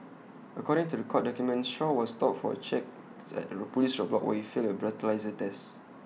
according to The Court documents Shaw was stopped for checks at A Police roadblock where failed A breathalyser test